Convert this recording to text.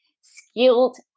skilled